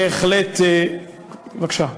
בהחלט, בבקשה.